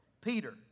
Peter